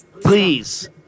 please